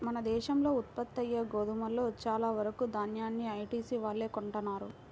మన దేశంలో ఉత్పత్తయ్యే గోధుమలో చాలా వరకు దాన్యాన్ని ఐటీసీ వాళ్ళే కొంటన్నారు